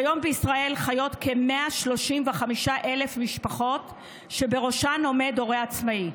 כיום בישראל חיות כ-135,000 משפחות שבראשן עומד הורה עצמאי,